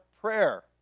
prayer